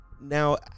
Now